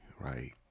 right